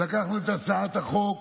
ולקחנו את הצעת החוק